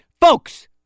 folks